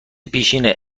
پیشین